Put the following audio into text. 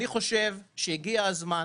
אני חושב שהגיע הזמן